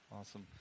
awesome